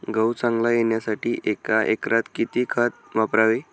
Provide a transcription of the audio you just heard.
गहू चांगला येण्यासाठी एका एकरात किती खत वापरावे?